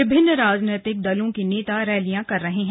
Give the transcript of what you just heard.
विभिन्न राजनीतिक दलों के नेता रैलियां कर रहे हैं